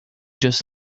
just